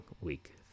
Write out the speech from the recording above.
week